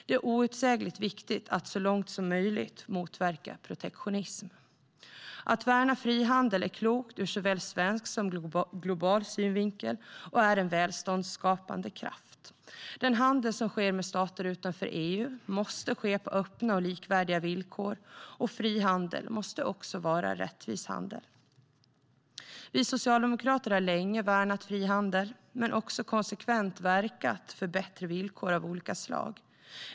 Det är outsägligt viktigt att så långt som möjligt motverka protektionism. Att värna frihandel är klokt ur såväl svensk som global synvinkel. Frihandel är en välståndsskapande kraft. Den handel som sker med stater utanför EU måste ske på öppna och likvärdiga villkor, och fri handel måste också vara rättvis handel. Vi socialdemokrater har länge värnat frihandel men också konsekvent verkat för bättre villkor av olika slag.